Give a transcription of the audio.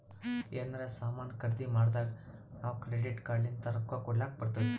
ಎನಾರೇ ಸಾಮಾನ್ ಖರ್ದಿ ಮಾಡ್ದಾಗ್ ನಾವ್ ಕ್ರೆಡಿಟ್ ಕಾರ್ಡ್ ಲಿಂತ್ ರೊಕ್ಕಾ ಕೊಡ್ಲಕ್ ಬರ್ತುದ್